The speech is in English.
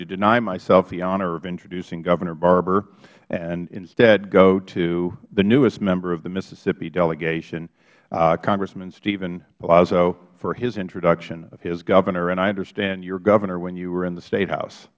to deny myself the honor of introducing governor barbour and instead go to the newest member of the mississippi delegation congressman steven palazzo for his introduction of his governor and i understand you were governor when you were in the state house